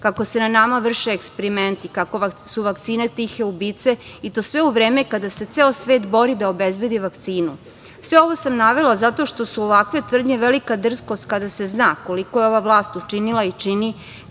kako se na nama vrše eksperimenti, kako su vakcine tihe ubice i to sve u vreme kada se ceo svet bori da obezbedi vakcinu. Sve ovo sam navela zato što su ovakve tvrdnje velika drskost kada se zna koliko je ova vlast učinila i